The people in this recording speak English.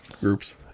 groups